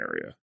area